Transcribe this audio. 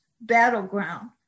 battleground